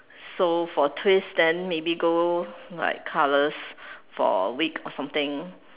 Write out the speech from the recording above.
so for twist then maybe go like carless for a week or something